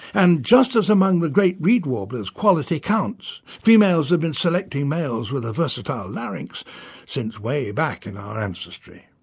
and just as among the great reed warblers, quality counts. females have been selecting males with a versatile larynx since way back in our ancestry.